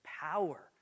power